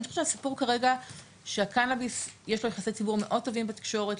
אני חושבת שהסיפור כרגע שהקנאביס יש לו יחסי ציבור מאוד טובים בתקשורת,